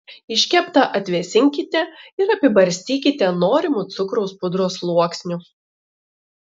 iškeptą atvėsinkite ir apibarstykite norimu cukraus pudros sluoksniu